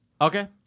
Okay